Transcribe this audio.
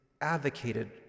advocated